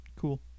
cool